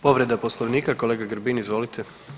Povreda Poslovnika, kolega Grbin izvolite.